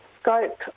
scope